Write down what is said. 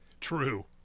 True